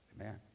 Amen